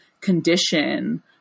condition